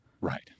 Right